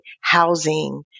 housing